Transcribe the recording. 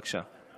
בבקשה.